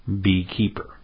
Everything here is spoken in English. beekeeper